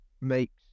makes